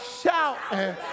shouting